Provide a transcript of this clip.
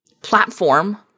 platform